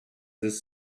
this